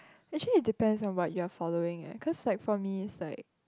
actually it depends on what you are following eh cause like for me it's like